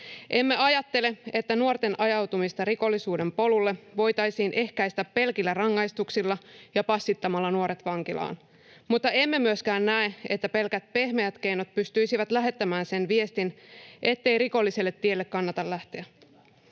Emme ajattele, että nuorten ajautumista rikollisuuden polulle voitaisiin ehkäistä pelkillä rangaistuksilla ja passittamalla nuoret vankilaan, mutta emme myöskään näe, että pelkät pehmeät keinot pystyisivät lähettämään sen viestin, ettei rikolliselle tielle kannata lähteä.